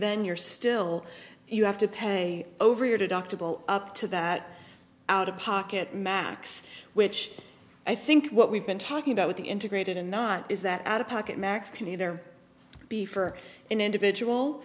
then you're still you have to pay over your deductible up to that out of pocket max which i think what we've been talking about with the integrated and not is that out of pocket max can either be for an individual